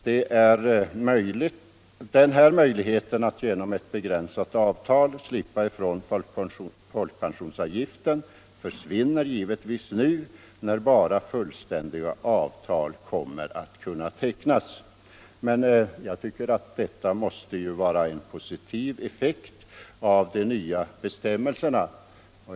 Den här möjligheten att genom ett begränsat avtal slippa ifrån folk Nr 35 pensionsavgiften försvinner givetvis nu när bara fullständiga avtal kommer att kunna tecknas. Men detta måste ju sägas vara en positiv effekt av de nya bestämmelserna.